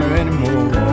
anymore